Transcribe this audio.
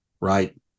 right